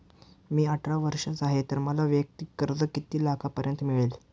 मी अठरा वर्षांचा आहे तर मला वैयक्तिक कर्ज किती लाखांपर्यंत मिळेल?